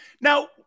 Now